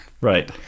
right